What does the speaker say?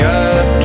up